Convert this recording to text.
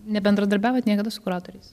nebendradarbiavot niekada su kuratoriais